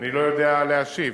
אני לא יודע להשיב.